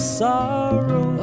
sorrow